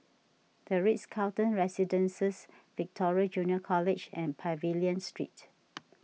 the Ritz Carlton Residences Victoria Junior College and Pavilion Street